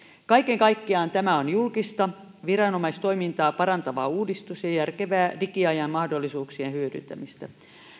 kaiken kaikkiaan tämä on julkista viranomaistoimintaa parantava uudistus ja järkevää digiajan mahdollisuuksien hyödyntämistä